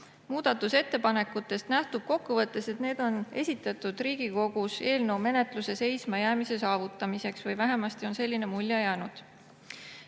muudatusettepanekutest nähtub kokku võttes, et need on esitatud Riigikogus eelnõu menetluse seisma jäämise saavutamiseks. Vähemasti on selline mulje jäänud.